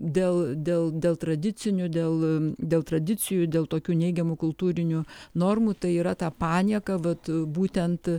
dėl dėl dėl tradicinių dėl dėl tradicijų dėl tokių neigiamų kultūrinių normų tai yra ta panieka vat būtent